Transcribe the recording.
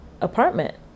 apartment